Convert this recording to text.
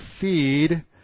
feed